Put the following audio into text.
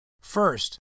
First